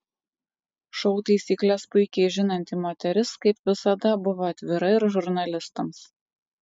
šou taisykles puikiai žinanti moteris kaip visada buvo atvira ir žurnalistams